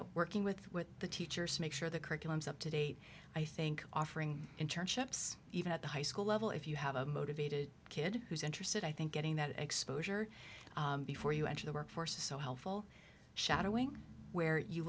know working with the teachers to make sure the curriculum is up to date i think offering internships even at the high school level if you have a motivated kid who's interested i think getting that exposure before you enter the workforce is so helpful shadowing where you